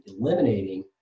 eliminating